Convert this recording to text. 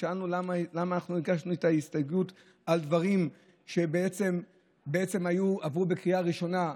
שאלתם למה ביקשנו את ההסתייגות על דברים שעברו בקריאה ראשונה.